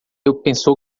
pensou